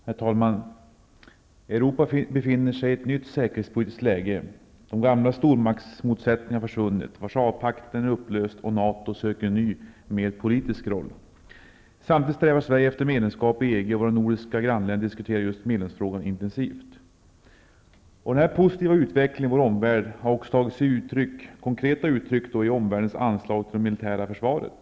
Herr talman! Europa befinner sig i ett nytt säkerhetspolitiskt läge. De gamla stormaktsmotsättningarna har försvunnit. Warszawapakten är upplöst, och NATO söker en ny, mer politisk roll. Samtidigt strävar Sverige efter medlemskap i EG, och också i våra nordiska grannländer diskuteras medlemskapsfrågan intensivt. Denna positiva utveckling i vår omvärld har också tagit sig konkreta uttryck i omvärldens anslag till det militära försvaret.